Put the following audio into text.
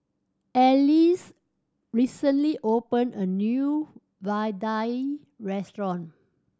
Alease recently opened a new vadai restaurant